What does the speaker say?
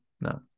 No